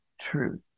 truth